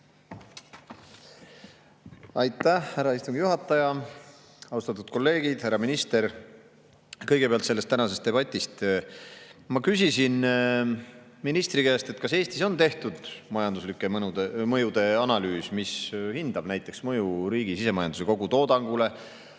Aitäh, härra istungi juhataja! Austatud kolleegid! Härra minister! Kõigepealt tänasest debatist. Ma küsisin ministri käest, kas Eestis on tehtud majanduslike mõjude analüüs, mis hindab näiteks mõju riigi sisemajanduse kogutoodangule,